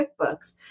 QuickBooks